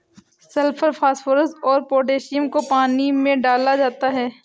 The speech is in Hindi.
सल्फर फास्फोरस और पोटैशियम को पानी में डाला जाता है